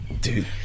Dude